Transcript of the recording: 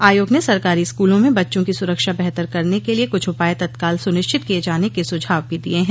आयोग ने सरकारी स्कूलों में बच्चों की सुरक्षा बेहतर करने के लिए कुछ उपाय तत्काल सुनिश्चित किये जाने के सुझाव भी दिये हैं